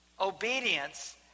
obedience